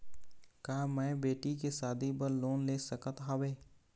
का मैं बेटी के शादी बर लोन ले सकत हावे?